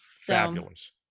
Fabulous